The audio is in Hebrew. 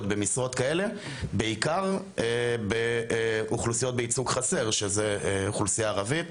במשרות כאלה בעיקר באוכלוסיות בייצוג חסר שזה אוכלוסייה ערבית,